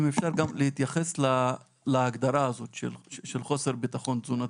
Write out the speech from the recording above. אם אפשר גם להתייחס להגדרה של חוסר ביטחון תזונתי.